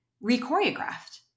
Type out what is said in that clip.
re-choreographed